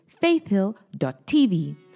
faithhill.tv